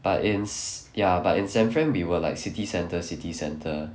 but it's ya but in central we were like city centre city centre